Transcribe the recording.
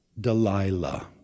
Delilah